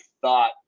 thought